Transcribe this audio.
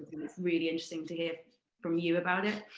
and it's really interesting to hear from you about it.